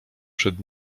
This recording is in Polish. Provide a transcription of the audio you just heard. przed